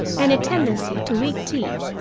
and a tendency to weak tea,